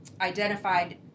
identified